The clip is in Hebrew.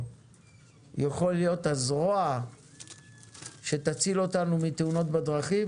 יכול להיות הזרוע שתציל אותנו מתאונות בדרכים?